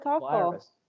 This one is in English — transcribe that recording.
virus